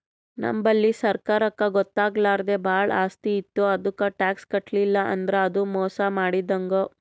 ನಮ್ ಬಲ್ಲಿ ಸರ್ಕಾರಕ್ಕ್ ಗೊತ್ತಾಗ್ಲಾರ್ದೆ ಭಾಳ್ ಆಸ್ತಿ ಇತ್ತು ಅದಕ್ಕ್ ಟ್ಯಾಕ್ಸ್ ಕಟ್ಟಲಿಲ್ಲ್ ಅಂದ್ರ ಅದು ಮೋಸ್ ಮಾಡಿದಂಗ್